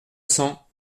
cents